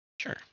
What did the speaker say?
Sure